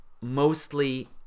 mostly